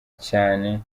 cyane